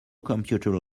computer